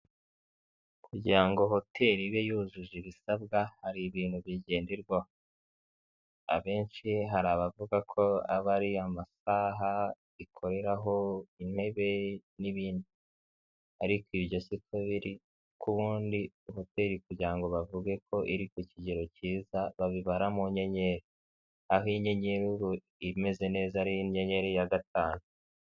Kugira ngo hoteli ibe yujuje ibisabwa hari ibintu bigenderwaho. Abenshi hari abavuga ko aba ari amasaha ikoreraho, intebe n' ibindi. Ariko ibyo siko biri kuko ubundi hoteli kugira ngo bavuge ko iri ku kigero cyiza, babibara mu nyenyeri. Aho inyenyeri ubwo imeze neza, ari inyenyeri ya gatanu.